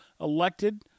elected